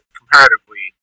comparatively